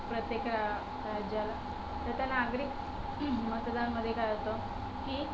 प्रत्येक क राज्याला तर त्या नागरिक मतदानमध्ये काय होतं की